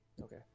Okay